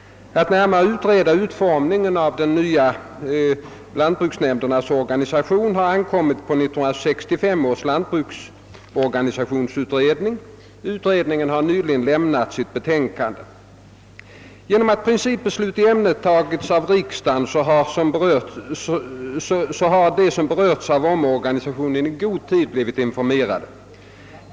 Att närmare utreda utformningen av de nya lantbruksnämndernas organisation har ankommit på 1965 års lantbruksorganisationsutredning. Utredningen har nyligen avlämnat sitt betänkande. Genom att principbeslut i ämnet tagits av riksdagen har de som berörts av omorganisationen i god tid informerats.